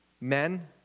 men